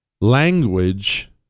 language